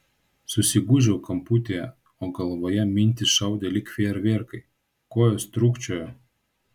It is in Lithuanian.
susigūžiau kamputyje o galvoje mintys šaudė lyg fejerverkai kojos trūkčiojo